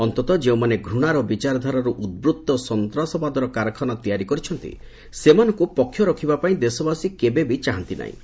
ଅନ୍ତତଃ ଯେଉଁମାନେ ଘୂଣାର ବିଚାରଧାରାରୁ ଉଦ୍ବୃତ୍ତ ସନ୍ତାସବାଦର କାରଖାନା ତିଆରି କରିଛନ୍ତି ସେମାନଙ୍କୁ ପକ୍ଷ ରଖିବା ପାଇଁ ଦେଶବାସୀ କେବେବି ଚାହାନ୍ତି ନାହିଁ